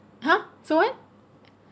!huh! so what